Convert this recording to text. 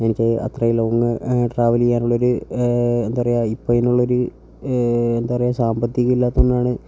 എനിക്ക് അത്രയും long travel ചെയ്യാനുള്ളൊരു എന്താ പറയുക ഇപ്പോൾ അതിനുള്ളൊരു എന്താ പറയുക സാമ്പത്തികം ഇല്ലാത്തതുകൊണ്ടാണ്